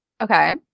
Okay